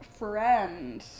friend